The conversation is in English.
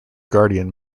guardian